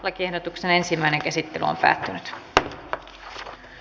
lakiehdotuksen ensimmäinen käsittely päättyi